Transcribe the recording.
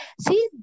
See